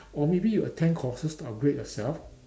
or maybe you attend courses to upgrade yourself